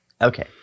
Okay